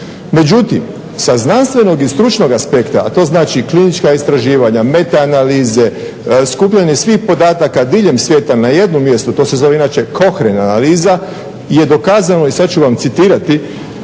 Međutim, sa znanstvenog i stručnog aspekta a to znači klinička istraživanja, meta analize, skupljanje svih podataka diljem svijeta na jednom mjestu, to se inače zove Kohren analiza je dokazano i sada ću vam citirati